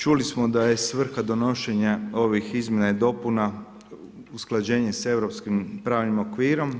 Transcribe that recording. Čuli smo da je svrha donošenja ovih izmjena i dopuna usklađenje sa europskih pravnim okvirom.